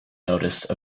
notice